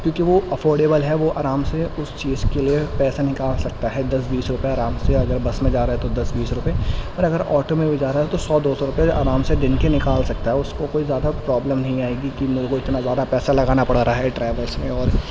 کیوںکہ وہ افورڈیبل ہے وہ آرام سے اس چیز کے لیے پیسے نکال سکتا ہے دس بیس روپئے آرام سے اگر بس میں جا رہا ہے تو دس بیس روپئے اور اگر آٹو میں بھی جا رہا ہے تو سو دو سو روپئے آرام سے دن کے نکال سکتا ہے اس کو کوئی زیادہ پرابلم نہیں آئے گی کہ میرے کو اتنا زیادہ پیسہ لگانا پڑ رہا ہے ٹریولس میں اور